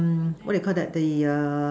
um what you Call that the err